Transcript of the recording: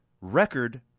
record